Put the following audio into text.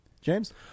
James